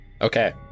Okay